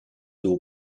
doe